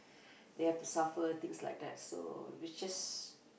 they have to suffer things like that so it's just